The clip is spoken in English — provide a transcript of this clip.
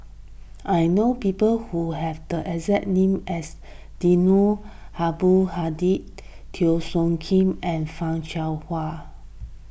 I know people who have the exact name as Eddino Abdul Hadi Teo Soon Kim and Fan Shao Hua